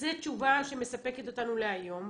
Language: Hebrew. זו תשובה שמספקת אותנו להיום.